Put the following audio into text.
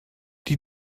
die